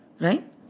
right